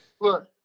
Look